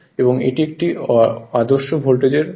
এবং এটি একটি আদর্শ ভোল্টেজ হয়